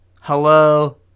Hello